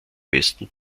besten